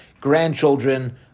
grandchildren